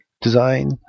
design